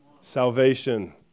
Salvation